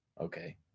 okay